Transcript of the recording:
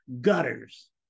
gutters